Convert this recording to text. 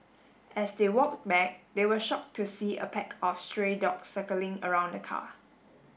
as they walked back they were shocked to see a pack of stray dogs circling around the car